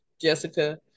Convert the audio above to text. Jessica